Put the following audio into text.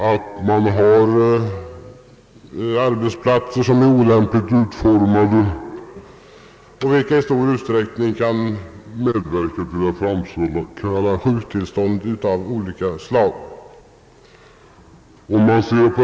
Det kan vara arbetsplatser som är olämpligt utformade och som i stor utsträckning medverkar till att framkalla sjukdomstillstånd av olika slag.